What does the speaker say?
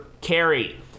carry